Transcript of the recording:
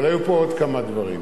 אבל היו פה עוד כמה דברים.